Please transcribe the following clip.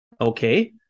Okay